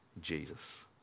Jesus